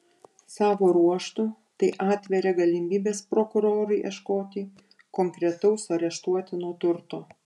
savo ruožtu tai atveria galimybes prokurorui ieškoti konkretaus areštuotino turto